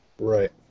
Right